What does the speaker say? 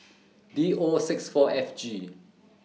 D O six four F G